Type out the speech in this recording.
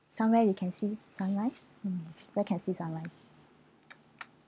somewhere you can see sunrise mm where can see sunrise